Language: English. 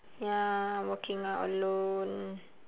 ya working out alone